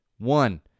One